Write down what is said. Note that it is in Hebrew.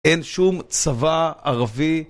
אין שום צבא ערבי